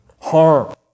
Harm